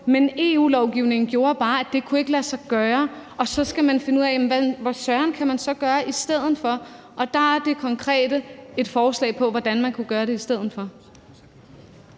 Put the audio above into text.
men at EU-lovgivningen bare gjorde, at det ikke kunne lade sig gøre. Så skal man finde ud af, hvad søren man kan gøre i stedet for, og der er det konkrete et forslag til, hvordan man kunne gøre det i stedet for.